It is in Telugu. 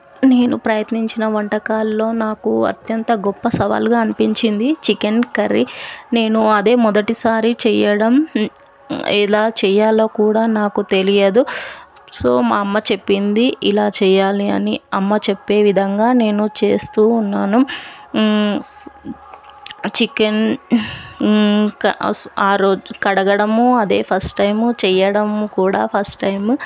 నేను ప్రయత్నించిన వంటకాలలో నాకు అత్యంత గొప్ప సవాల్గా అనిపించింది చికెన్ కర్రీ నేను అదే మొదటిసారి చేయడం ఎలా చేయాలో కూడా నాకు తెలియదు సో మా అమ్మ చెప్పింది ఇలా చేయాలి అని అమ్మ చెప్పిన విధంగా నేను చేస్తు ఉన్నాను చికెన్ ఇంకా ఆరోజు కడగడము అదే ఫస్ట్ టైం చేయడం కూడా ఫస్ట్ టైం